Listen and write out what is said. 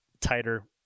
tighter